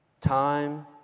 Time